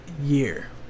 year